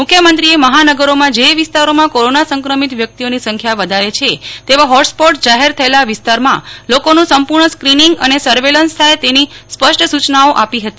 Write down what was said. મુખ્યમંત્રીએ મહાનગરોમાં જે વિસ્તારોમાં કોરોના સંક્રમિત વ્યક્તિઓની સંખ્યા વધારે છે તેવા હોત સ્પોટ જાહેર થયેલા વિસ્તારમાં લોકોનું સંપૂર્ણ સ્કીનીંગ અને સર્વેલન્સ થાય તેવી સ્પષ્ટ સૂયનાઓ આપી હતી